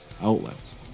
outlets